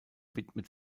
widmet